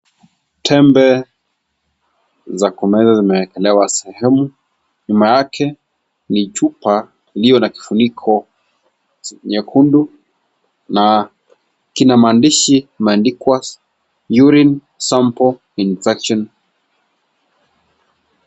Tembe za kumeza zimewekelewa sehemu. Nyuma yake ni chupa iliyo na kifuniko nyekundu na kina maandishi imeandikwa, urine sample infection .